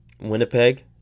Winnipeg